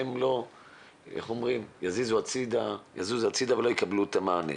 כדי שלא יזוזו הצידה ולא יקבלו את המענה.